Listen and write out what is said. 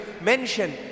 mention